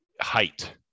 height